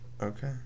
okay